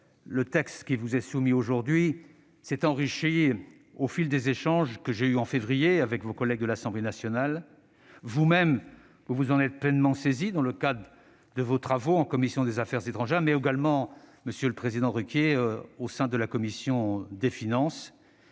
le texte qui vous est soumis aujourd'hui s'est enrichi au fil des échanges que j'ai eus, en février, avec vos collègues de l'Assemblée nationale. Vous-mêmes, vous vous en êtes pleinement saisis dans le cadre de vos travaux en commission des affaires étrangères, mais également, monsieur Requier, en commission des finances.